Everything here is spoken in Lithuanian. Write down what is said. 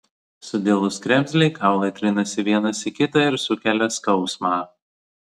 sudilus kremzlei kaulai trinasi vienas į kitą ir sukelia skausmą